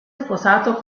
sposato